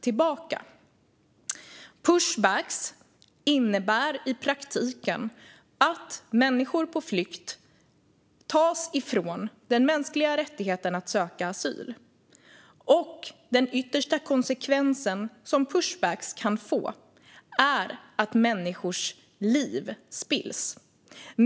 Pushbacks innebär i praktiken att människor på flykt tas ifrån den mänskliga rättigheten att söka asyl. Den yttersta konsekvens som pushbacks kan få är att människors liv spills.